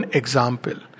example